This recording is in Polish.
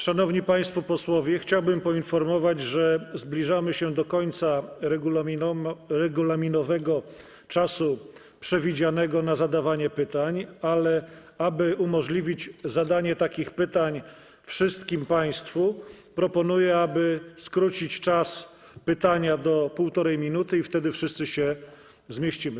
Szanowni państwo posłowie, chciałbym poinformować, że zbliżamy się do końca regulaminowego czasu przewidzianego na zadawanie pytań, ale aby umożliwić zadanie takich pytań wszystkim państwu, proponuję, aby skrócić czas pytania do 1,5 minuty, i wtedy wszyscy się zmieścimy.